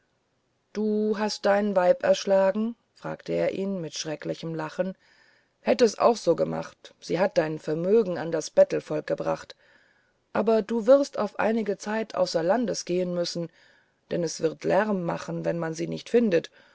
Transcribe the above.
du hast dein weib erschlagen fragte er ihn mit schrecklichem lachen hätt es auch so gemacht sie hat dein vermögen an das bettelvolk gebracht aber du wirst auf einige zeit außer landes gehen müssen denn es wird lärm machen wenn man sie nicht findet